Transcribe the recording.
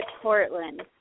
Portland